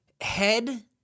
head